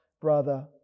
brother